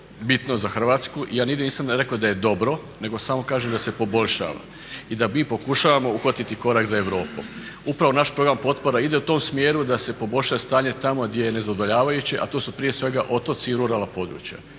bitno za Hrvatsku. Ja nisam rekao da je dobro nego samo kažem da se poboljšava i da mi pokušavamo uhvatiti korak za Europom. Upravo naš program potpora ide u tom smjeru da se poboljša stanje tamo gdje je nezadovoljavajuće, a to su prije svega otoci i ruralna područja.